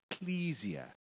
Ecclesia